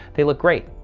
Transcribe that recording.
they look great.